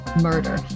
murder